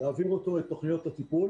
להעביר אותו את תוכניות הטיפול